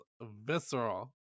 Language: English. visceral